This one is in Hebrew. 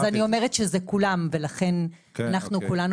אני אומרת שזה כולם ולכן אנחנו כולנו